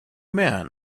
man